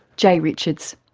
jay richards.